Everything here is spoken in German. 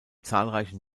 zahlreichen